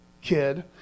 kid